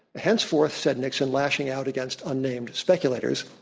henceforth said nixon, lashing out against unnamed speculators,